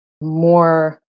more